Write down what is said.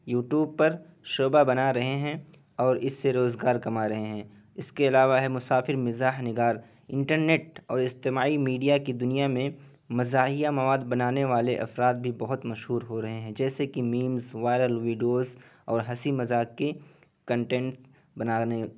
you tube پر شوبھا بنا رہے ہیں اور اس سے روزگار کما رہے ہیں اس کے علاوہ ہے مسافر مزاح نگار انٹرنیٹ اور اجتماعی میڈیا کی دنیا میں مزاحیہ مواد بنانے والے افراد بھی بہت مشہور ہو رہے ہیں جیسے کہ میمز وائرل ویڈیوز اور ہنسی مذاق کے کنٹنٹ بنانے